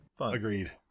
Agreed